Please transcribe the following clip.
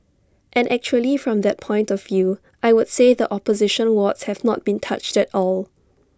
and actually from that point of view I would say the opposition wards have not been touched at all